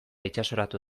itsasoratu